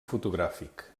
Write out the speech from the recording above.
fotogràfic